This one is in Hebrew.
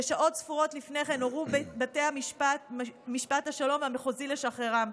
ששעות ספורות לפני כן הורו בתי המשפט השלום והמחוזי לשחררם.